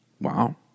Wow